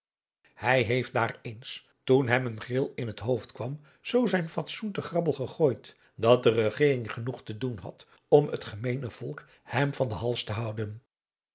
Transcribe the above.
hij heeft daar eens toen hem een gril in het hoofd kwam zoo zijn fatsoen te grabbel gegooid dat de regering genoeg te doen had om het gemeene volk hem van den hals te houden